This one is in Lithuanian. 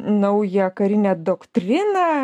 naują karinę doktriną